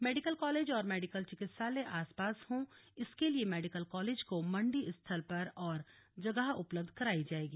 medical college और medical चिकित्सालय आसपास हों इसके लिये मेडिकल कालेज को मण्डी स्थल पर और जगह उपलब्ध करायी जायेगी